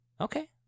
Okay